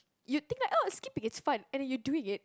you think like oh skipping is fun and then you doing it